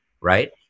right